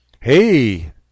Hey